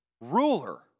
ruler